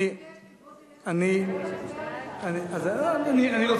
אני לא מאמינה.